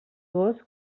gos